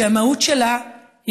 שהמהות שלה היא,